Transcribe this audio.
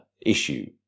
issue